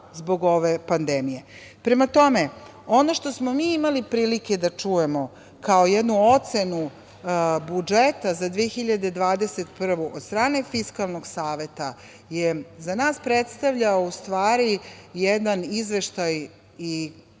zbog ove pandemije. Prema tome, ono što smo mi imali prilike da čujemo kao jednu ocenu budžeta za 2021. godinu, od strane Fiskalnog saveta je za nas predstavljao, u stvari, jedan izveštaj i